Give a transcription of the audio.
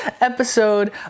episode